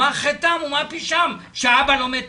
מה חטאתם ומה פשעם שאבא לומד תורה?